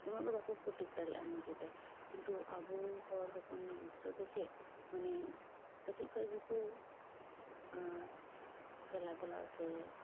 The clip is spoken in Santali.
ᱩᱱᱟᱹᱜ ᱫᱚ ᱵᱟᱹᱠᱩ ᱯᱨᱳᱴᱮᱠ ᱫᱟᱲᱮᱭᱟᱜ ᱱᱤᱡᱮ ᱛᱮ ᱠᱤᱱᱛᱩ ᱟᱵᱚ ᱦᱚᱲ ᱦᱚᱯᱚᱱ ᱜᱤᱫᱽᱨᱟ ᱫᱚ ᱪᱮᱫ ᱢᱟᱱᱮ ᱠᱟ ᱴᱤᱡ ᱠᱷᱚᱡ ᱜᱮᱠᱩ ᱠᱷᱮᱞᱟ ᱫᱷᱩᱞᱟ ᱥᱮ